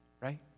right